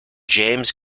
james